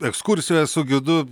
ekskursijoje su gidu